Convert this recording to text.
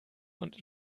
und